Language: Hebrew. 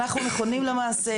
אנחנו נכונים למעשה,